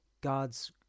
God's